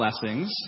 blessings